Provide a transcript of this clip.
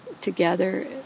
together